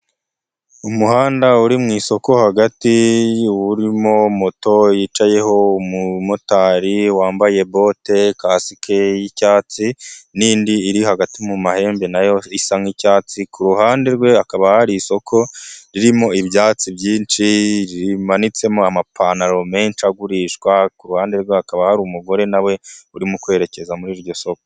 Umuhanda uri mu isoko hagati, urimo moto yicayeho umumotari wambaye bote kasiki y'icyatsi n'indi iri hagati mu mahembe yayo isa nk'icyatsi, ku ruhande rwe hakaba hari isoko ririmo ibyatsi byinshi rimanitsemo amapantaro menshi agurishwa, ku ruhande rwe hakaba hari umugore na we urimo kwerekeza muri iryo soko.